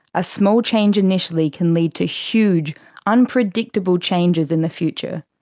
a small change initially can lead to huge unpredictable changes in the future.